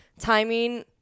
timing